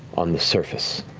on the surface